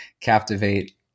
captivate